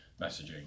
messaging